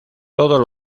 todos